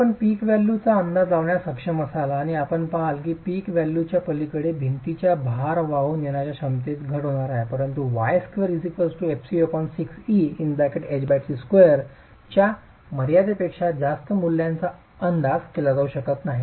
तर आपण पीक व्हॅल्यूचा अंदाज लावण्यास सक्षम असाल आणि आपण पहाल की पीक व्हॅल्यूच्या पलीकडे भिंतीच्या भार वाहून नेण्याच्या क्षमतेत घट होणार आहे परंतु y2fC6Eht2 च्या मर्यादेपेक्षा जास्त मूल्यांचा अंदाज केला जाऊ शकत नाही